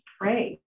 pray